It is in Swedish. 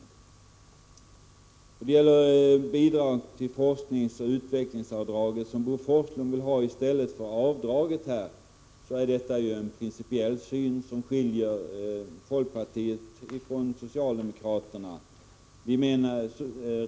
När det gäller det bidrag till forskning och utveckling som Bo Forslund vill ha i stället för avdrag är det en principiell skillnad i synsättet mellan folkpartiet och socialdemokraterna.